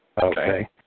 Okay